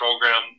program